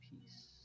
peace